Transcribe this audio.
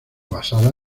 basada